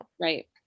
Right